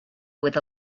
with